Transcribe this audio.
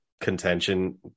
contention